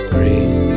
Green